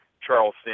Charles